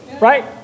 right